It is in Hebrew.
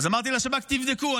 אז אמרתי לשב"כ: תבדקו,